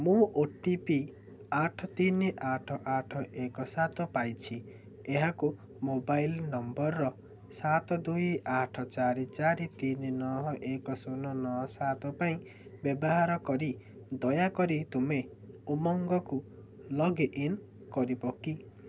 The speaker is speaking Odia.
ମୁଁ ଓ ଟି ପି ଆଠ ତିନି ଆଠ ଆଠ ଏକ ସାତ ପାଇଛି ଏହାକୁ ମୋବାଇଲ୍ ନମ୍ବର୍ ସାତ ଦୁଇ ଆଠ ଚାରି ଚାରି ତିନି ନଅ ଏକ ଶୂନ ନଅ ସାତ ପାଇଁ ବ୍ୟବହାର କରି ଦୟାକରି ତୁମେ ଉମଙ୍ଗକୁ ଲଗ୍ଇନ୍ କରିବ କି